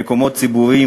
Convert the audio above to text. במקומות ציבוריים,